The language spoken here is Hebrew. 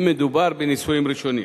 אם מדובר בנישואים ראשונים,